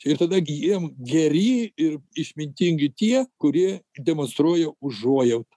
ir tada gi jiem geri ir išmintingi tie kurie demonstruoja užuojautą